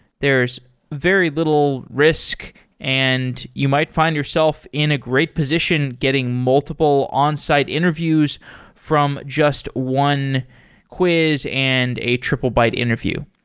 there's very little risk and you might find yourself in a great position getting multiple onsite interviews from just one quiz and a triplebyte interview.